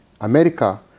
America